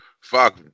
Fuck